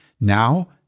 Now